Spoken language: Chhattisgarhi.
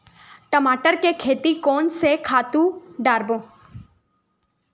टमाटर के खेती कोन से खातु डारबो?